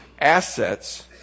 assets